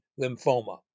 lymphoma